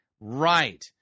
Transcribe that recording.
Right